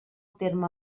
terme